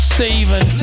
Stephen